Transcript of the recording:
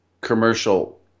commercial